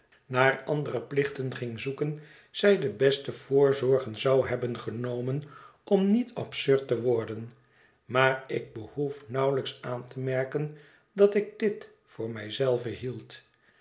naar andere plichten ging zoeken zij de beste voorzorgen zou hebben genomen om niet absurd te worden maar ik behoef nauwelijks aan te merken dat ik dit voor mij zelve hield